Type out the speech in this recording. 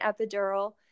epidural